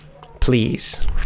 please